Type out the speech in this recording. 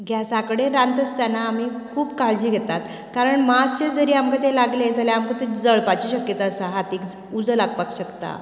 गॅसा कडेन रांदता आसतना आमी खूब काळजी घेतात कारण मातशें जरी आमका तें लागले जाल्यार आमका जळपाची शक्यता आसा हातीक उजो लागपाक शकता